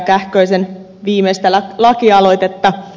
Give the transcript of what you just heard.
kähkösen viimeistä lakialoitetta